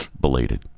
Belated